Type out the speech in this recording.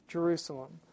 Jerusalem